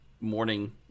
morning